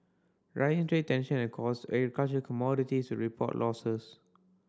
rising trade tension caused agricultural commodities to report losses